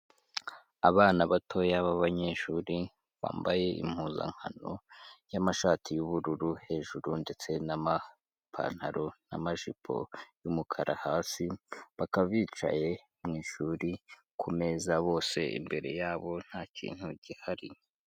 Abana batoya b'abanyeshuri bambaye impuzankano y'amashati y'ubururu hejuru ndetse n'amapantaro n'amajipo y'umukara hasi, bakaba bicaye mu ishuri ku meza bose imbere yabo nta kintu gihari.